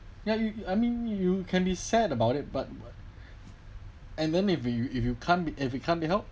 ya you I mean you can decide about it but and then if you if you can't be if it can't be helped